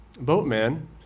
boatman